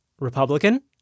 Republican